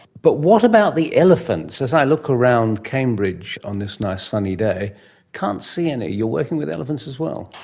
but what about the elephants? as i look around cambridge on this nice sunny day, i can't see any. you're working with elephants as well.